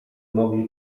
mogli